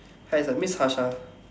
!hais! I miss Fasha